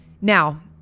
Now